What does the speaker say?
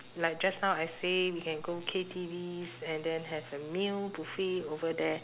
like just now I say we can go K_T_Vs and then have a meal buffet over there